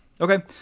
Okay